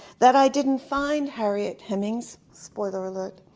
that i didn't find harriet hemings, spoiler alert,